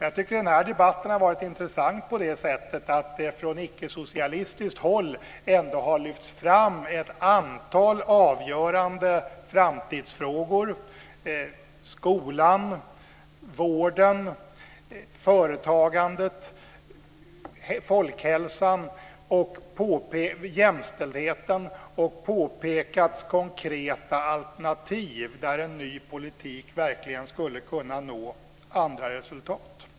Jag tycker att den här debatten har varit intressant på det sättet att det från icke-socialistiskt håll ändå har lyfts fram ett antal avgörande framtidsfrågor - skolan, vården, företagandet, folkhälsan och jämställdheten - och att det har pekats ut konkreta alternativ där en ny politik verkligen skulle kunna nå andra resultat.